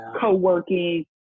co-working